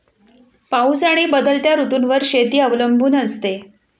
पाऊस आणि बदलत्या ऋतूंवर शेती अवलंबून असते